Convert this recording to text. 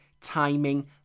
Timing